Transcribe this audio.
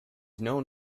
known